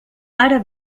ara